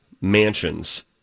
mansions